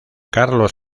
carlos